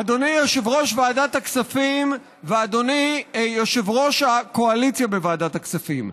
אדוני יושב-ראש ועדת הכספים ואדוני יושב-ראש הקואליציה בוועדת הכספים,